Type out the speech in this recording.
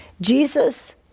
Jesus